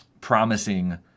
promising